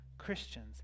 Christians